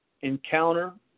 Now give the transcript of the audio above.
encounter